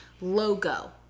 logo